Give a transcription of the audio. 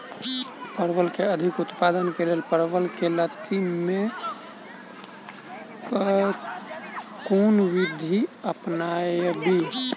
परवल केँ अधिक उत्पादन केँ लेल परवल केँ लती मे केँ कुन विधि अपनाबी?